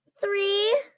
Three